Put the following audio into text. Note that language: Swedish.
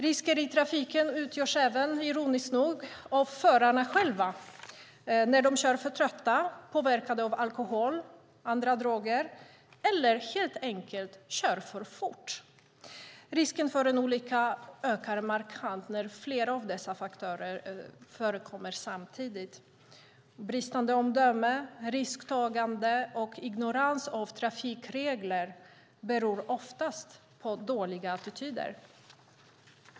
Risker i trafiken utgörs även, ironiskt nog, av förarna själva när de kör för trötta, är påverkade av alkohol eller andra droger eller helt enkelt kör för fort. Risken för en olycka ökar markant när flera av dessa faktorer förekommer samtidigt. Bristande omdöme, risktagande och ignorans av trafikregler beror oftast på dåliga attityder.